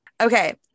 okay